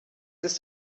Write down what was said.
ist